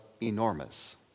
enormous